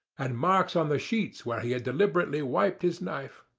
and marks on the sheets where he had deliberately wiped his knife.